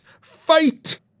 fight